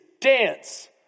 Dance